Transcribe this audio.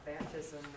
baptism